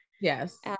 yes